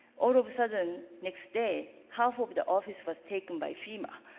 all of a sudden next day half of the office was taken by fema.